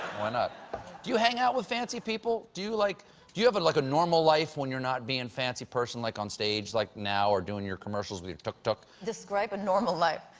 why not? do you hang out with fancy people? do like you have, like, a normal life when you're not being a and fancy person like on stage like now or doing your commercials with tuk-tuk. describe a normal life.